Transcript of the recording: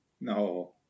No